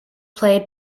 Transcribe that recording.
played